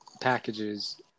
packages